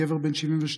גבר בן 72,